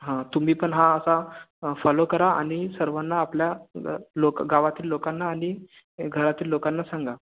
हां तुम्ही पण हा असा फॉलो करा आणि सर्वांना आपल्या लो गावातील लोकांना आणि घरातील लोकांना सांगा